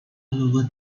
over